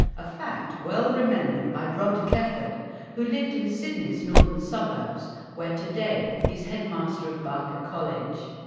a fact well remembered by rod kefford who lived in sydney's northern suburbs where today he's headmaster of barker college.